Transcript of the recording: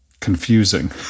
confusing